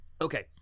Okay